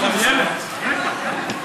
התשע"ה 2015,